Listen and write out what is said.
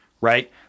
right